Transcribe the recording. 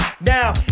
now